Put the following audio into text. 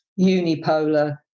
unipolar